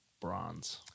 bronze